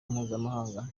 mpuzamahanga